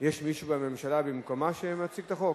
יש מישהו מהממשלה שמציג במקומה את החוק?